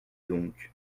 donc